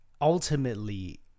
ultimately